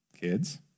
kids